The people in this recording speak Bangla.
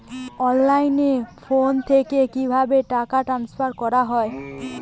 অনলাইনে ফোন থেকে কিভাবে টাকা ট্রান্সফার করা হয়?